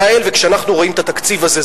וכשאנחנו רואים את התקציב הזה,